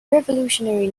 revolutionary